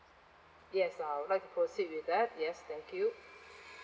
yes I would like proceed with that yes thank you